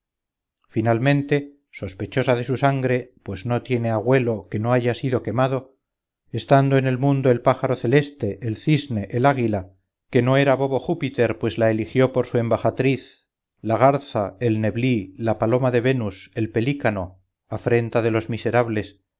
finalmente sospechosa de su sangre pues no tiene agüelo que no haya sido quemado estando en el mundo el pájaro celeste el cisne el águila que no era bobo júpiter pues la eligió por su embajatriz la garza el neblí la paloma de venus el pelícano afrenta de los miserables